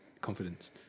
confidence